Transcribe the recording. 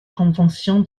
convention